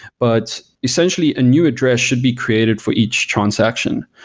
but essentially, a new address should be created for each transaction.